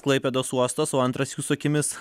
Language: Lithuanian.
klaipėdos uostas o antras jūsų akimis